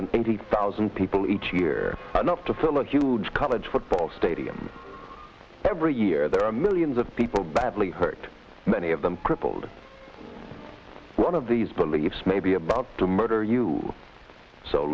twenty thousand people each year not to fill a huge college football stadium every year there are millions of people badly hurt many of them crippled one of these beliefs may be about to murder you so